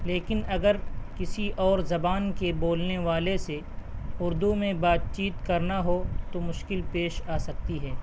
لیکن اگر کسی اور زبان کے بولنے والے سے اردو میں بات چیت کرنا ہو تو مشکل پیش آ سکتی ہے